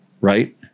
right